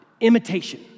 Imitation